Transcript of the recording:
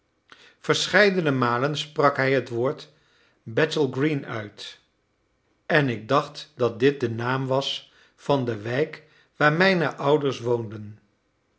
verscheidene malen sprak hij het woord bethnal green uit en ik dacht dat dit de naam was van de wijk waar mijne ouders woonden